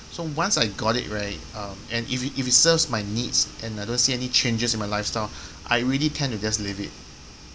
so once I got it right um and if it if it serves my needs and I don't see any changes in my lifestyle I really tend to just leave it